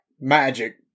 magic